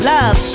Love